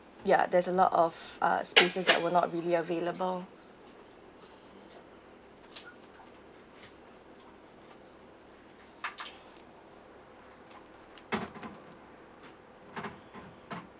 ya there's a lot of uh spaces that were not really available